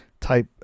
type